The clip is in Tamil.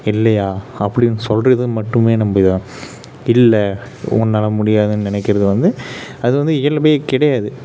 இல்லையா நம்ம இதாக இல்லை உன்னால் முடியாதுன்னு நினைக்கிறது வந்து அது வந்து இயல்பே கிடையாது